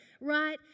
right